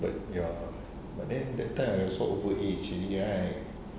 but ya but then that time I also over age already right